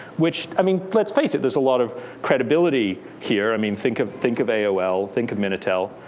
which, i mean, let's face it. there's a lot of credibility here. i mean think of think of aol. think of minitel.